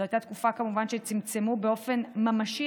זו הייתה תקופה שבה צמצמו כמובן באופן ממשי